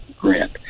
Grant